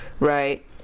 Right